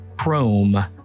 chrome